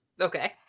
Okay